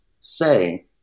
say